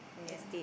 yeah